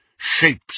Shapes